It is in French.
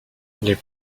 les